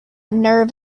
nerve